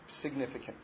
significant